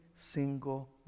Single